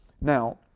Now